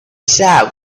south